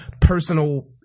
personal